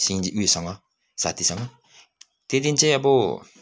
सिजी उयोसँग साथीसँग त्यो दिन चाहिँ अब